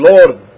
Lord